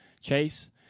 chase